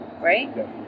right